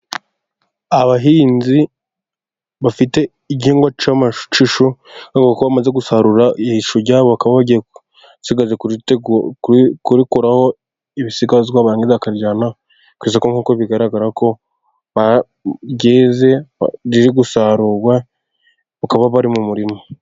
Abahinzi bafite igihingwa cy'ishu, bavuga ko bamaze gusarura ishu ryabo bakaba basigaje kurikuraho ibisigazwa, barangiza bakarijyana ku isoko nkuko bigaragara ko ryeze riri gusarurwa bakaba bari mu murima.